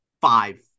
five